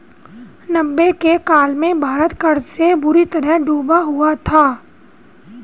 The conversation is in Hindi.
नब्बे के काल में भारत कर्ज में बुरी तरह डूबा हुआ था